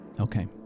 Okay